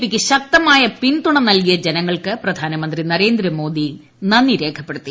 P ക്ക് ശക്തമായ പിന്തുണ നൽകിയ ജനങ്ങൾക്ക് പ്രധാനമന്ത്രി നരേന്ദ്രമോദി നന്ദി രേഖപ്പെടുത്തി